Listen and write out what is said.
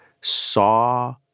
saw